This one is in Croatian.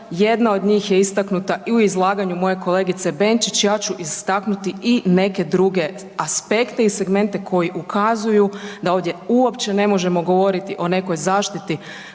Jedna od njih je istaknuta i u izlaganju moje kolegice Benčić, ja ću istaknuti i neke druge aspekte i segmente koji ukazuju da ovdje uopće ne možemo govoriti o nekoj zaštiti